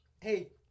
Hey